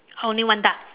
only one duck